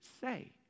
say